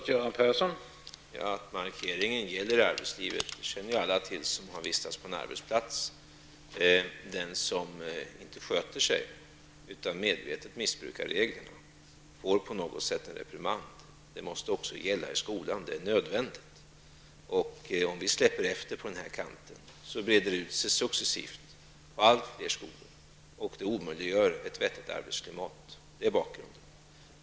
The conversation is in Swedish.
Herr talman! Den här markeringen gäller även i arbetslivet. Det känner alla till som har vistats på någon arbetsplats. Den som inte sköter sig utan medvetet missbrukar reglerna får något slags reprimand. Det måste gälla också i skolan. Det är nödvändigt. Om vi släpper efter på den punkten breder missbruket ut sig successivt till allt fler skolor och omöjliggör ett vettigt arbetsklimat. Det är bakgrunden.